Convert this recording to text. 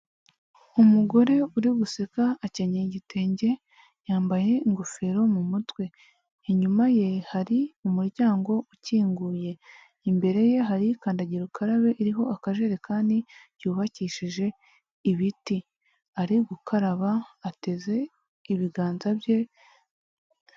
Umugore uri guseka akenyeye igitenge yambaye ingofero mu mutwe. Inyuma ye hari umuryango ukinguye imbere ye hari kandagira ukarabe iriho akajerekani y’ubakishije ibiti ari gukaraba ateze ibiganza bye...